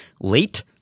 late